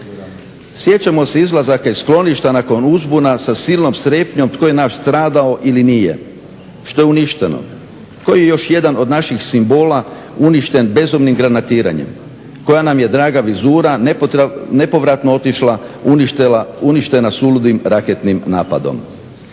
Sjećamo se izlazaka iz skloništa nakon uzbuna sa silnom strepnjom tko je naš stradao ili nije, što je uništeno, koji je još jedan od naših simbola uništen bezumnim granatiranjem, koja nam je draga vizura nepovratno otišla uništena suludim raketnim napadom.